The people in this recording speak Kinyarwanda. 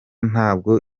ntabwo